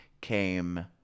came